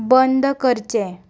बंद करचें